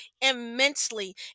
immensely